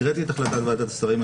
הקראתי את החלטת ועדת השרים.